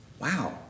Wow